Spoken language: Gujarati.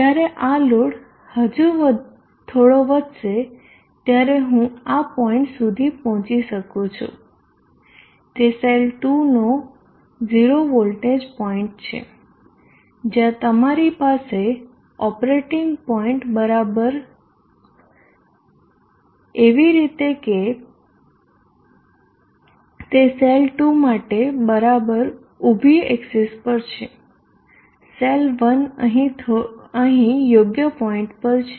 જ્યારે આ લોડ હજુ થોડો વધશે ત્યારે હું આ પોઈન્ટ સુધી પહોંચી શકું છું તે સેલ 2 નો 0 વોલ્ટેજ પોઇન્ટ છે જ્યાં તમારી પાસે ઓપરેટિંગ પોઇન્ટ બરાબર એવી રીતે કે તે સેલ 2 માટે બરાબર ઉભી એક્સીસ પર છે સેલ 1 અહીં યોગ્ય પોઈન્ટ પર છે